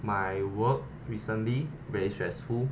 my work recently very stressful